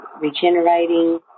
regenerating